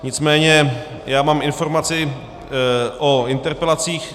Nicméně já mám informaci o interpelacích...